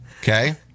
Okay